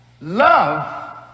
love